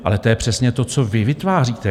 Ale to je přesně to, co vy vytváříte.